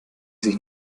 sich